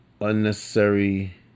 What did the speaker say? Unnecessary